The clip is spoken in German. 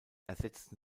ersetzten